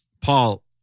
Paul